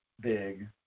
big